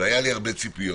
והיו לי הרבה ציפיות,